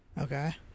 Okay